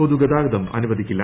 പൊതുഗതാഗതം അനുവദിക്കില്ല